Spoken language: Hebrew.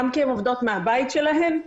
גם כי הן עובדות מהבית שלהן,